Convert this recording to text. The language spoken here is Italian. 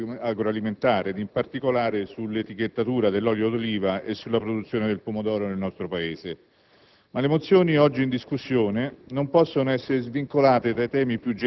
essere qui), una discussione sulle questioni dell'industria agroalimentare, in particolare sull'etichettatura dell'olio di oliva e sulla produzione del pomodoro nel nostro Paese.